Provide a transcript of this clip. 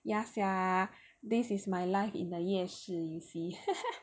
ya sia this is my life in the 夜市 you see